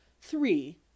three